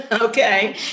okay